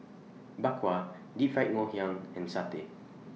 Bak Kwa Deep Fried Ngoh Hiang and Satay